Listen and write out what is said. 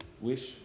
wish